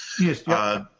Yes